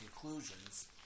conclusions